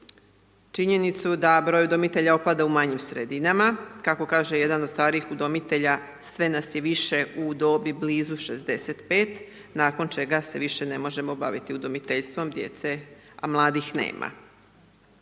činjenicu da broj udomitelja opada u manjim sredinama, kako kaže jedan od starijih udomitelja, sve nas je više u dobi blizu 65, nakon čega se više ne možemo baviti udomiteljstvom djece, a mladih nema.